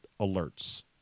alerts